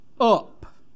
up